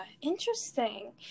Interesting